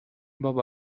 بابا